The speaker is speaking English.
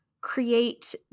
create